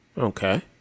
okay